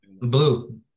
Blue